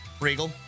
Regal